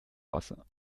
wasser